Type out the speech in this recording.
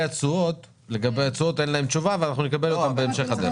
התשואות אין להם תשובה ואנחנו נקבל אותן בהמשך הדרך.